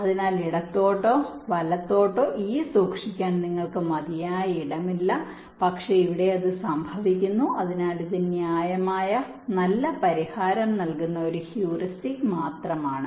അതിനാൽ വലത്തോട്ടോ ഇടത്തോട്ടോ ഇ സൂക്ഷിക്കാൻ നിങ്ങൾക്ക് മതിയായ ഇടമില്ല പക്ഷേ ഇവിടെ അത് സംഭവിക്കുന്നു അതിനാൽ ഇത് ന്യായമായ നല്ല പരിഹാരം നൽകുന്ന ഒരു ഹ്യൂറിസ്റ്റിക് മാത്രമാണ്